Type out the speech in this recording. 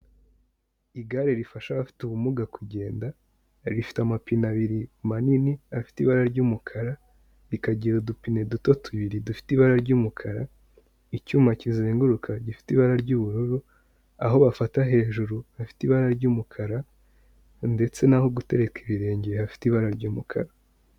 Igare rifasha abafite ubumuga kugenda, rifite amapine abiri manini afite ibara ry'umukara, rikagira udupine duto tubiri dufite ibara ry'umukara, icyuma kizenguruka gifite ibara ry'ubururu, aho bafata hejuru hafite ibara ry'umukara, ndetse naho gutereka ibirenge hafite ibara ry'umukara.